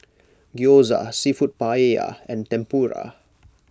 Gyoza Seafood Paella and Tempura